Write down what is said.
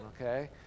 okay